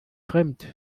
fremd